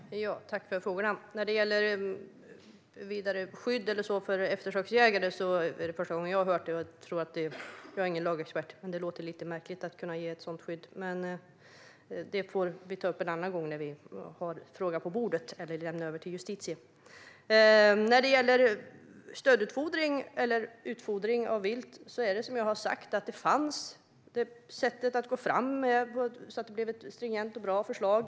Fru talman! Tack för frågorna! När det gäller vidare skydd för eftersöksjägare är det första gången jag har hört detta. Jag är ingen lagexpert, men det låter lite märkligt att man ska kunna ge ett sådant skydd. Det får vi ta upp en annan gång när vi har frågan på bordet eller lämna över den till Justitiedepartementet. När det gäller stödutfodring eller utfodring av vilt är det som jag har sagt: Det fanns ett sätt att gå fram med detta så att det blev ett stringent och bra förslag.